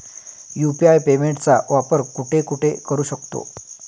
UPI पेमेंटचा वापर कुठे कुठे करू शकतो?